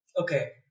Okay